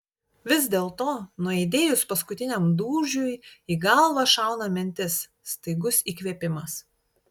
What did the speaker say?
vis dėlto nuaidėjus paskutiniam dūžiui į galvą šauna mintis staigus įkvėpimas